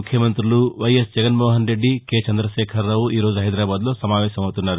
ముఖ్యమంతులు Y S Jaganmohan Reddy K Chandrasekhara Rao ఈరోజు హైదరాబాదులో సమావేశమవుతున్నారు